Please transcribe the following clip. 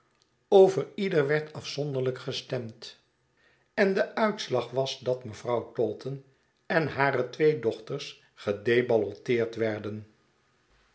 over ieder werd afzonderlijk gestemd en de uitslag was dat mevrouw taunton en hare twee dochters gedeballoteerd werden